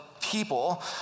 people